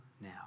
now